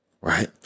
right